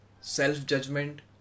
self-judgment